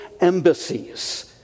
embassies